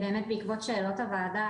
באמת בעקבות שאלות הוועדה,